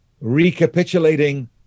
recapitulating